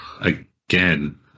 again